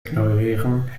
ignorieren